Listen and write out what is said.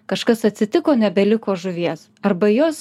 kažkas atsitiko nebeliko žuvies arba jos